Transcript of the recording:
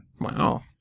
Wow